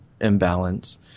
imbalance